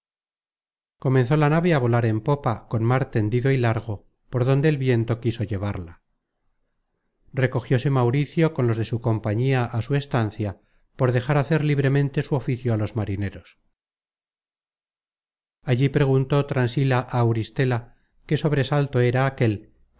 comenzó la nave a volar en popa con mar tendido y largo por donde el viento quiso llevarla recogióse mauricio con los de su compañía á su estancia por dejar hacer libremente su oficio á los marineros allí preguntó transila á auristela que sobresalto era aquel